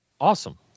Awesome